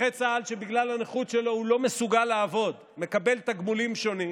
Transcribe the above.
נכה צה"ל שבגלל הנכות שלו לא מסוגל לעבוד מקבל תגמולים שונים,